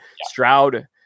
Stroud